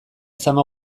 zama